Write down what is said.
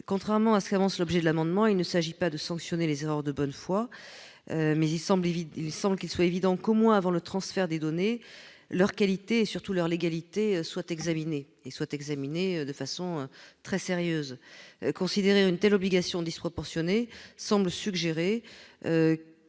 Contrairement à ce qui est avancé dans l'objet de l'amendement, il ne s'agit pas ici de sanctionner les erreurs de bonne foi. Néanmoins, il est évident qu'au moins avant transfert des données, leur qualité et, surtout, leur légalité soient examinées, et cela de façon très sérieuse. Considérer une telle obligation disproportionnée semble suggérer que